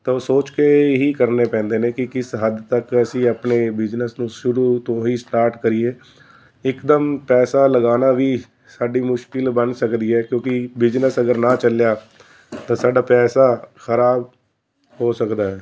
ਤਾਂ ਉਹ ਸੋਚ ਕੇ ਹੀ ਕਰਨੇ ਪੈਂਦੇ ਨੇ ਕਿ ਕਿਸ ਹੱਦ ਤੱਕ ਅਸੀਂ ਆਪਣੇ ਬਿਜਨਸ ਨੂੰ ਸ਼ੁਰੂ ਤੋਂ ਹੀ ਸਟਾਰਟ ਕਰੀਏ ਇੱਕਦਮ ਪੈਸਾ ਲਗਾਉਣਾ ਵੀ ਸਾਡੀ ਮੁਸ਼ਕਲ ਬਣ ਸਕਦੀ ਹੈ ਕਿਉਂਕਿ ਬਿਜਨਸ ਅਗਰ ਨਾ ਚੱਲਿਆ ਤਾਂ ਸਾਡਾ ਪੈਸਾ ਖਰਾਬ ਹੋ ਸਕਦਾ ਹੈ